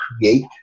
create